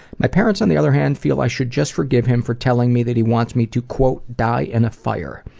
my parents, on the other hand, feel i should just forgive him for telling me that he wants me to, quote die in a fire.